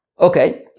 Okay